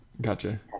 gotcha